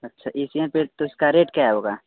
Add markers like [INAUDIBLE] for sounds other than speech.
अच्छा एशियन [UNINTELLIGIBLE] तो इसका रेट क्या होगा